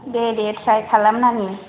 दे दे ट्राय खालाम नानि